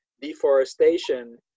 deforestation